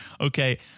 Okay